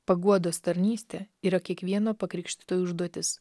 paguodos tarnystė yra kiekvieno pakrikštyto užduotis